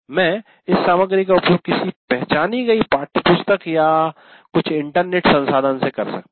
मैं इस सामग्री का उपयोग किसी पहचानी गई पाठ्यपुस्तक या कुछ इंटरनेट संसाधन से कर सकता हूँ